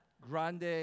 grande